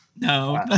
No